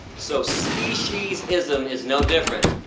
so species-ism is no different.